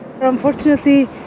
Unfortunately